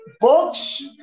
books